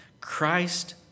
Christ